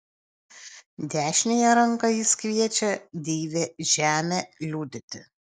dešiniąja ranka jis kviečia deivę žemę liudyti